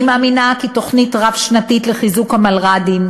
אני מאמינה כי תוכנית רב-שנתית לחיזוק המלר"דים,